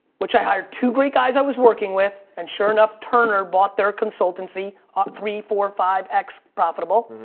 which i hired two great guys i was working with and sure enough, turner bought their consultancy um three, four, five x profitable.